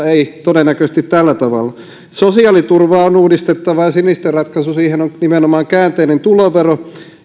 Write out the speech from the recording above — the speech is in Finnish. ei todennäköisesti tällä tavalla sosiaaliturvaa on uudistettava ja sinisten ratkaisu siihen on nimenomaan käänteinen tulovero